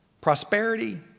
Prosperity